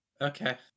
Okay